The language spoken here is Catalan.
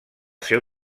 seu